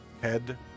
Head